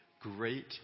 Great